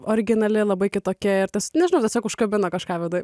originali labai kitokia ir tas nežinau tiesiog užkabino kažką viduj